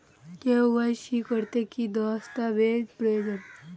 KYC করতে কি দস্তাবেজ প্রয়োজন?